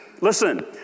Listen